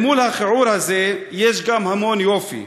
אל מול הכיעור הזה יש גם המון יופי.